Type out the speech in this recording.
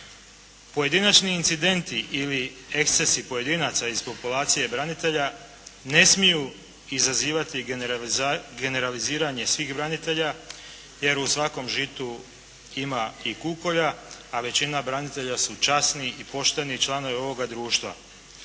Pojedinačni incidentni ili ekscesi pojedinaca iz populacije branitelja ne smiju izazivati generaliziranje svih branitelja, jer u svakom žitu ima i kukolja, a većina branitelja su časni i pošteni članovi ovoga društva.